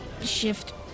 shift